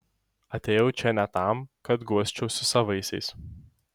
atėjau čia ne tam kad guosčiausi savaisiais